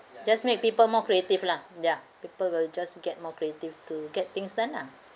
just make people more creative lah ya people will just get more creative to get things done lah